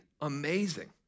amazing